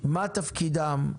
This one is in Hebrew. מה תפקידם,